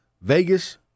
Vegas